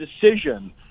decision